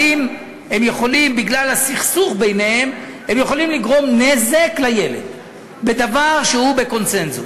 האם הם יכולים בגלל הסכסוך ביניהם לגרום נזק לילד בדבר שהוא בקונסנזוס?